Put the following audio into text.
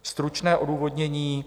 Stručné odůvodnění: